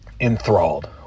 enthralled